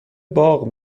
باغ